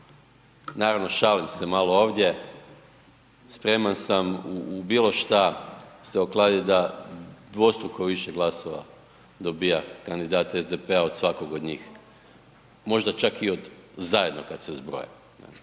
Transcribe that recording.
Naravno, šalim se malo ovdje, spreman sam u bilo šta se okladit da dvostruko više glasova dobiva kandidat SDP-a od svakog od njih, možda čak i od zajedno kad se zbroje